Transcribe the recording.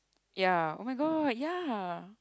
ya oh-my-god ya